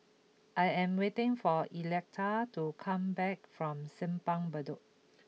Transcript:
I am waiting for Electa to come back from Simpang Bedok